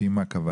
לפי מה קבעתם.